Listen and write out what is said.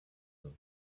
them